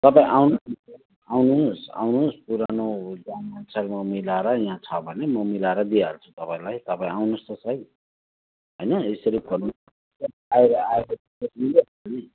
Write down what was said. तपाईँ आउनुहोस् न आउनुहोस् आउनुहोस् पुरानो दामअनुसारमा मिलाएर यहाँ छ भने म मिलाएर दिइहाल्छु तपाईँलाई तपाईँ आउनुहोस् त सही हैन यसेरी फोनमा